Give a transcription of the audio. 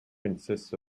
consists